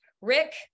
Rick